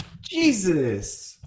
jesus